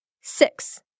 Six